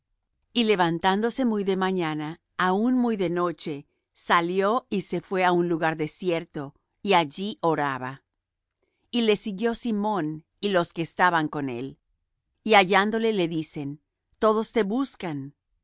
y levantándose muy de mañana aun muy de noche salió y se fué á un lugar desierto y allí oraba y le siguió simón y los que estaban con él y hallándole le dicen todos te buscan